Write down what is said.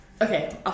Okay